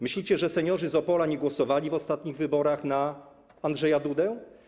Myślicie, że seniorzy z Opola nie głosowani w ostatnich wyborach na Andrzeja Dudę?